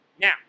Now